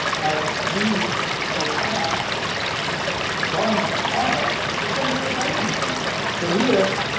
r b o f bottom off the funnel. it's gonna be a retargeting campaigns. so here,